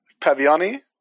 Paviani